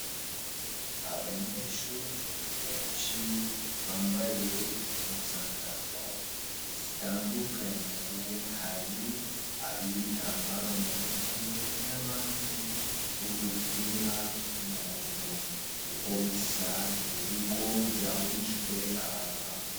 Abanyeshuri benshi bambaye impuzankano zitandukanye hari ab'ibitambaro mu mutwe n'abandi b'udupira tw'umuhondo uko bisa n'ibigo byahurijwe ahantu hamwe.